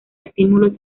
estímulos